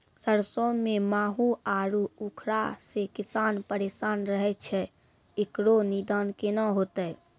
सरसों मे माहू आरु उखरा से किसान परेशान रहैय छैय, इकरो निदान केना होते?